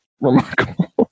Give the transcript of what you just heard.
remarkable